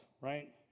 right